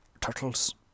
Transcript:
Turtles